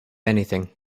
anything